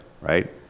right